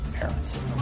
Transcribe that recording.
parents